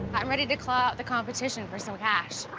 i'm ready to claw out the competition for some cash.